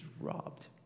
robbed